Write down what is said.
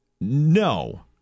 No